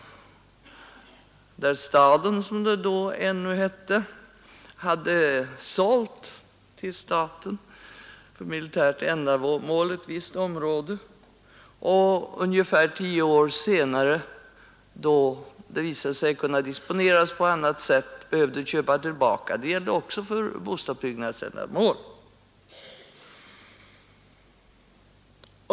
Staden, som det då ännu hette, hade sålt ett visst område till staten för militärt ändamål och ville köpa tillbaka det ungefär tio år senare, då det visade sig att området kunde disponeras på annat sätt — det gällde också bostadsändamål.